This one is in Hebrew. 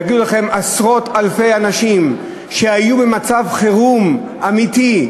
יגידו לכם עשרות אלפי אנשים שהיו במצב חירום אמיתי,